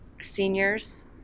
seniors